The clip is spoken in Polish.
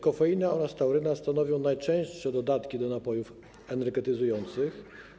Kofeina oraz tauryna stanowią najczęstsze dodatki do napojów energetyzujących.